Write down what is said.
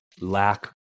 lack